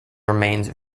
remains